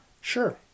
Sure